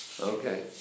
Okay